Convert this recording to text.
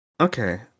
Okay